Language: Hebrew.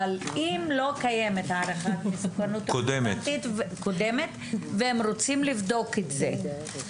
אם לא קיימת הערכת מסוכנות רלוונטית קודמת והם רוצים לבדוק את זה,